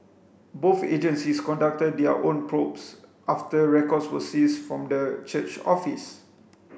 both agencies conducted their own probes after records were seized from the church office